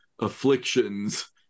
afflictions